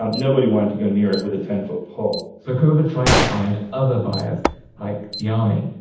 um nobody wanted to go near it with a ten foot pole so, cover tried to find other buyers like the army,